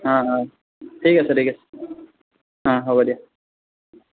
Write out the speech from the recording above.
অঁ অঁ ঠিক আছে ঠিক আছে অঁ হ'ব দিয়া